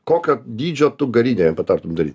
kokio dydžio tu garinę jam patartum dary